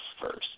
first